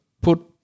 put